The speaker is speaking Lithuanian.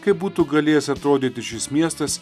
kaip būtų galėjęs atrodyti šis miestas